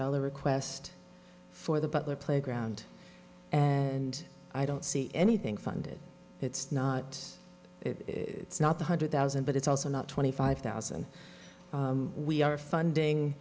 dollar request for the butler playground and i don't see anything funded it's not it's not the hundred thousand but it's also not twenty five thousand we are funding